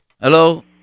hello